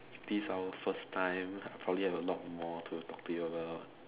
if this is our first time I'll probably have a lot more to talk to you about